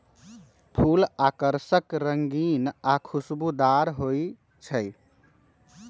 फूल आकर्षक रंगीन आ खुशबूदार हो ईछई